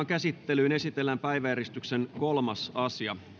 käsittelyyn esitellään päiväjärjestyksen kolmas asia